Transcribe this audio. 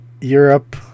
Europe